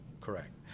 Correct